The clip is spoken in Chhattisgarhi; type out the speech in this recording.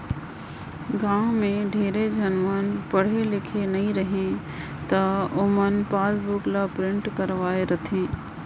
गाँव में ढेरे झन मन पढ़े लिखे नई रहें त ओमन पासबुक ल प्रिंट करवाये रथें